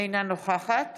אינה נוכחת